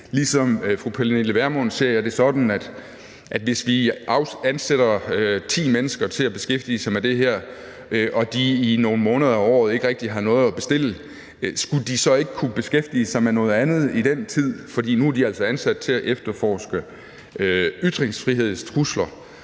Ligesom fru Pernille Vermund ser jeg det sådan, at hvis vi ansætter ti mennesker til at beskæftige sig med det her og de i nogle måneder af året ikke rigtig har noget at bestille, skulle de så ikke kunne beskæftige sig med noget andet i den tid, fordi de altså er ansat til at efterforske ytringsfrihedstrusler?